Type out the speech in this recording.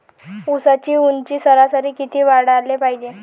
ऊसाची ऊंची सरासरी किती वाढाले पायजे?